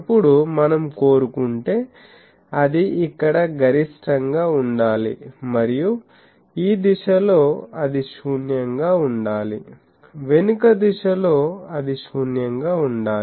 ఇప్పుడు మనం కోరుకుంటే అది ఇక్కడ గరిష్టంగా ఉండాలి మరియు ఈ దిశలో అది శూన్యంగా ఉండాలి వెనుక దిశలో అది శూన్యంగా ఉండాలి